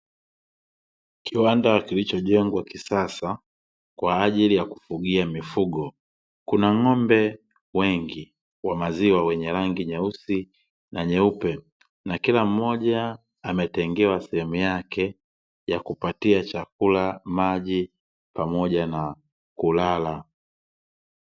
Kiwanda kilichojengwa kisasa kwaajili yakufugia mifugo. Kuna ng'ombe wengi wamaziwa, wenye rangi nyeusi na nyeupe. Na kila mmoja ametengewa sehemu yake ya kupatiwa chakula, maji pamoja na kulala.